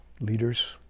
leaders